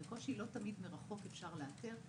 קושי לא תמיד מרחוק אפשר לאתר,